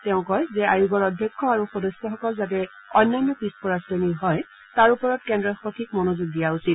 তেওঁ কয় যে আয়োগৰ অধ্যক্ষ আৰু সদস্যসকল যাতে অন্যান্য পিছপৰা শ্ৰেণীৰ হয় তাৰ ওপৰত কেন্দ্ৰই সঠিক মনযোগ দিয়া উচিত